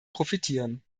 profitieren